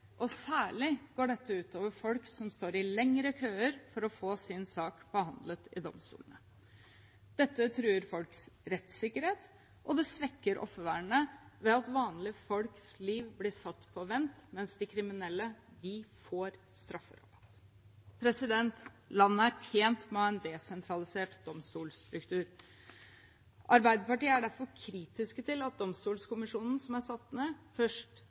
og særlig går dette ut over folk som står i lengre køer for å få sin sak behandlet i domstolene. Dette truer folks rettssikkerhet, og det svekker offervernet ved at vanlige folks liv blir satt på vent mens de kriminelle får strafferabatt. Landet er tjent med å ha en desentralisert domstolstruktur. Arbeiderpartiet er derfor kritisk til at Domstolkommisjonen som er satt ned, først